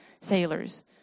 sailors